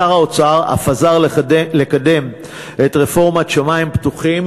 שר האוצר אף עזר לקדם את רפורמת שמים פתוחים,